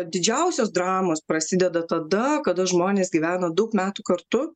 didžiausios dramos prasideda tada kada žmonės gyvena daug metų kartu